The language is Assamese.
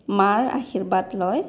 মাৰ আশীৰ্বাদ লয়